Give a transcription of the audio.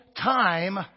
time